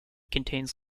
contains